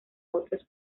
otros